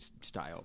style